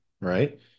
right